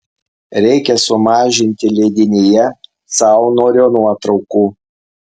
reikia sumažinti leidinyje saunorio nuotraukų